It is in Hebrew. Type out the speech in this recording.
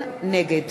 נגד